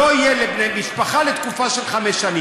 לא תהיה לבני משפחה לתקופה של חמש שנים.